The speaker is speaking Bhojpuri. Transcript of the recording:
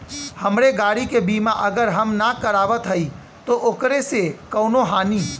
हमरे गाड़ी क बीमा अगर हम ना करावत हई त ओकर से कवनों हानि?